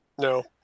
No